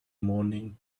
morning